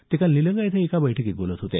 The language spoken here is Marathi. ते काल निलंगा इथं काल एका बैठकीत बोलत होते